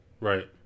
right